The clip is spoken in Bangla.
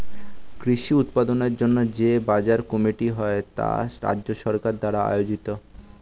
কৃষি উৎপাদনের জন্য যে বাজার কমিটি হয় তা রাজ্য সরকার দ্বারা আয়োজিত